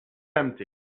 empty